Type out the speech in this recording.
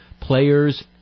players